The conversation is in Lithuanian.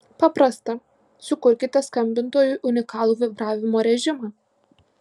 paprasta sukurkite skambintojui unikalų vibravimo režimą